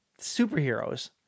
superheroes